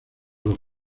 los